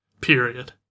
period